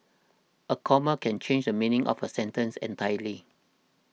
a comma can change the meaning of a sentence entirely